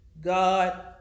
God